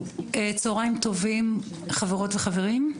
צוהריים טובים חברות וחברים,